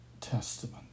testament